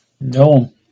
No